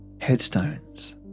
Headstones